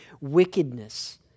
wickedness